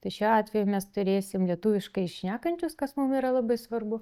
tai šiuo atveju mes turėsim lietuviškai šnekančius kas mum yra labai svarbu